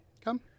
come